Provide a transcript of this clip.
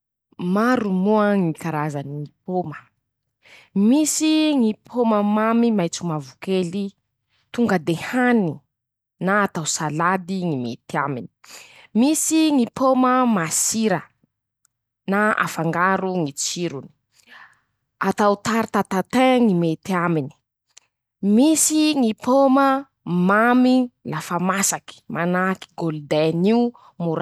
Maro moa ñy karazany ñy pôma: -Misy ñy pôma mamy maitso mavokely tonga de hany na atao salady ñy mety aminy. -Misy ñy pôma masira na afangaro ñy tsirony. atao tarte à tatin ñy mety aminy. -Misy ñy pôma mamy lafa masaky, manahaky golden io no ra.